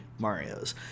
Marios